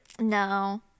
No